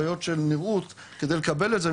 חוויות של נראות כדי לקבל את זה,